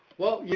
well, you